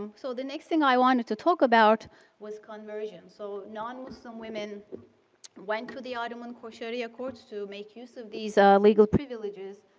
um so the next thing i want to talk about was conversion. so non-muslim women went through the item and in sharia courts to make use of these ah legal privileges,